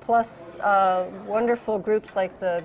plus wonderful groups like the